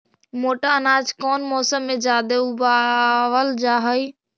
मोटा अनाज कौन मौसम में जादे उगावल जा हई?